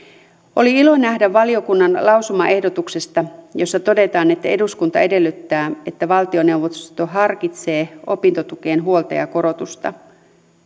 oli ilo nähdä valiokunnan lausumaehdotus jossa todetaan että eduskunta edellyttää että valtioneuvosto harkitsee opintotukeen huoltajakorotusta